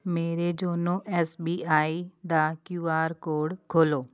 ਮੇਰੇ YONO S B I ਦਾ Q R code ਖੋਲੋ